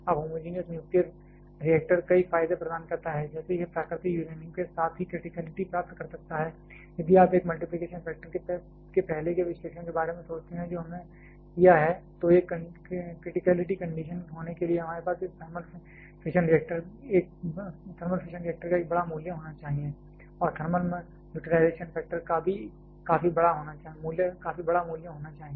अब homogeneous nuclear reactor कई फायदे प्रदान करता है जैसे यह प्राकृतिक यूरेनियम के साथ ही क्रिटीकेलिटी प्राप्त कर सकता है यदि आप एक मल्टीप्लिकेशन फैक्टर के पहले के विश्लेषण के बारे में सोचते हैं जो हमने किया है तो एक क्रिटीकेलिटी कंडीशन होने के लिए हमारे पास इस थर्मल फिशन फैक्टर एक बड़ा मूल्य होना चाहिए और थर्मल यूटिलाइजेशन फैक्टर का भी काफी बड़ा मूल्य होना चाहिए